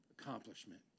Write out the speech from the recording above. Accomplishment